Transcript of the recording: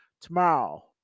Tomorrow